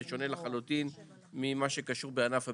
זה שונה לחלוטין ממה שקשור בענף הבניה,